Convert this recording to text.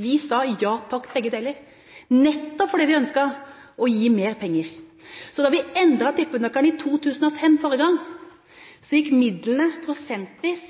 Vi sa ja takk til begge deler – nettopp fordi vi ønsket å gi mer penger. Så da vi endret tippenøkkelen forrige gang, i 2005, gikk midlene